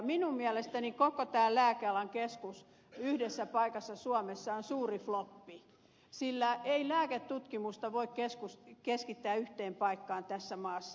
minun mielestäni koko lääkealan keskus yhdessä paikassa suomessa on suuri floppi sillä ei lääketutkimusta voi keskittää yhteen paikkaan tässä maassa